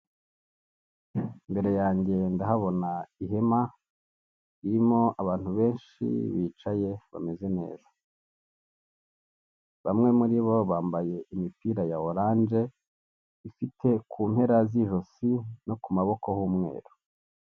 Mbere yanjye ndahabona ihema ririmo abantu benshi bicaye bameze neza. Bamwe muri bo bambaye imipira ya orange ifite ku mpera z'ijosi no ku maboko h'umweru.